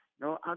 no